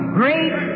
great